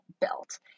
built